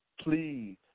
please